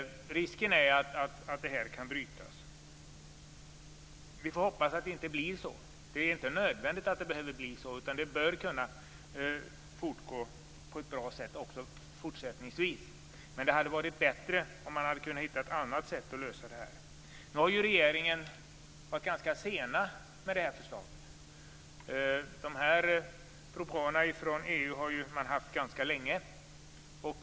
Risken är att det här kan brytas. Vi får hoppas att det inte blir så. Det är inte nödvändigt att det blir så, utan arbetet bör kunna fortgå på ett bra sätt också fortsättningsvis. Men det hade varit bättre om man hade kunnat hitta ett annat sätt att lösa det här. Regeringen har varit ganska sen med det här förslaget. De här propåerna från EU har man haft ganska länge.